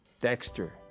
Dexter